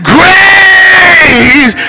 Grace